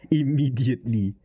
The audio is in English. immediately